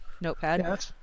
Notepad